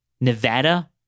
Nevada